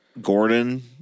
Gordon